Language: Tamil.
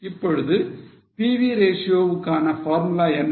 இப்பொழுது PV ratio வுக்கான formula என்ன